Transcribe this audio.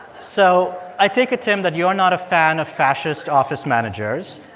so i take it, tim, that you are not a fan of fascist office managers.